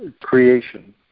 creation